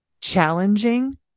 challenging